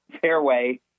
fairway